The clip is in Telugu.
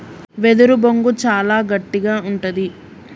వెదురు బొంగు చాలా గట్టిగా ఉంటది